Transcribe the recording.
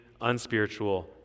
unspiritual